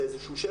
לאיזשהו שיא.